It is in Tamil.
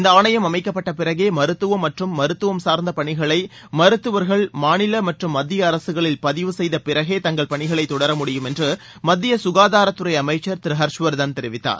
இந்த ஆணையம் அமைக்கப்பட்ட பிறகே மருத்துவம் மற்றும் மருத்துவம் சார்ந்த பணிகளை மருத்துவர்கள் மாநில மற்றும் மத்திய அரசுகளில் பதிவு செய்த பிறகே தங்கள் பணிகளை தொடர முடியும் என்று மத்திய சுகாதாரத்துறை அமைச்சர் திரு ஹர்ஷ்வர்த்தன் தெரிவித்தார்